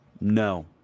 No